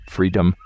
Freedom